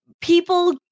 people